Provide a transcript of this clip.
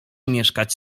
mieszkać